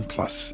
Plus